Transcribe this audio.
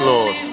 Lord